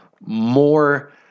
more